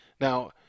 Now